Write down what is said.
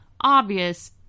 Obvious